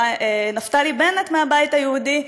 נפתלי בנט מהבית היהודי,